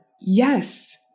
yes